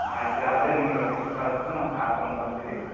ಆಯ್ತು ರೀ ಅದೇ ನಿಮ್ಮ ಲೊಕೇಶನ್ ಕಳಿಸ್ರಿ ನಾವು ಕಾರ್ ತೊಗೊಂಡು ಬರ್ತೀವಿ